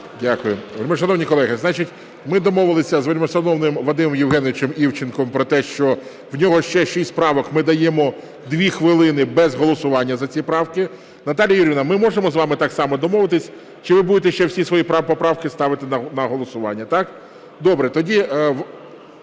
Дякую. Вельмишановні колеги, значить, ми домовилися з вельмишановним Вадимом Євгеновичем Івченком про те, що, в нього ще 6 правок, ми даємо 2 хвилини без голосування за ці правки. Наталіє Юріївно, ми можемо з вами так само домовитись, чи ви будете ще всі свої поправки ставити на голосування?